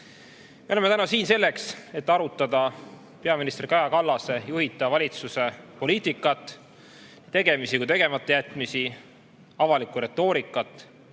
Me oleme täna siin selleks, et arutada peaminister Kaja Kallase juhitava valitsuse poliitikat, tegemisi või tegematajätmisi, avalikku retoorikat